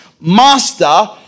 Master